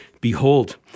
Behold